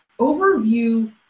overview